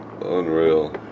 Unreal